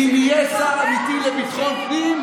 כי אם יהיה שר אמיתי לביטחון פנים,